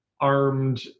armed